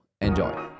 Enjoy